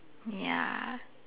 ya